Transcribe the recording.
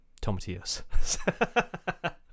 tomatillos